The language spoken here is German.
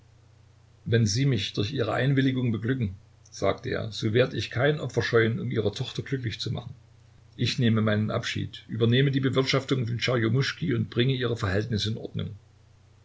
wenn sie mich durch ihre einwilligung beglücken sagte er so werde ich kein opfer scheuen um ihre tochter glücklich zu machen ich nehme meinen abschied übernehme die bewirtschaftung von tscherjomuschki und bringe ihre verhältnisse in ordnung